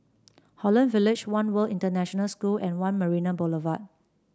Holland Village One World International School and One Marina Boulevard